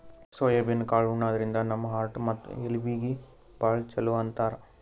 soybean ಕಾಳ್ ಉಣಾದ್ರಿನ್ದ ನಮ್ ಹಾರ್ಟ್ ಮತ್ತ್ ಎಲಬೀಗಿ ಭಾಳ್ ಛಲೋ ಅಂತಾರ್